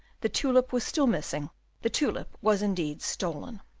the tulip was still missing the tulip was indeed stolen.